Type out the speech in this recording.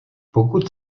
pokud